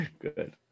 Good